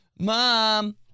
Mom